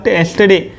yesterday